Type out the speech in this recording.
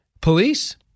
police